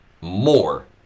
more